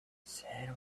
said